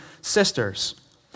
sisters